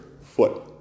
foot